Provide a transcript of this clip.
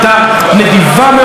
חבר הכנסת טיבייב,